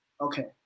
Okay